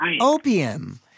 opium